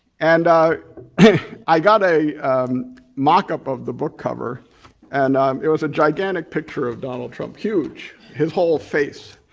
and i i got a mock-up of the book cover and um it was gigantic picture of donald trump, huge, his whole face.